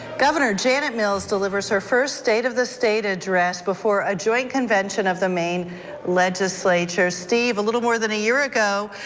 governor janet mills delivers her first state of the state address before a joint convention of the maine legislature. steve a little more than a year ago,